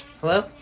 Hello